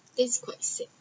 that's quite sad